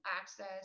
access